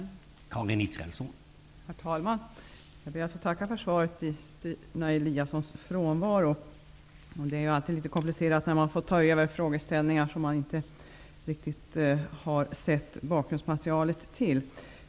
Då Stina Eliasson, som framställt frågan, anmält att hon var förhindrad att närvara vid sammanträdet, medgav förste vice talmannen att Karin Israelsson fick delta i överläggningen i stället för frågeställaren.